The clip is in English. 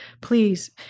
please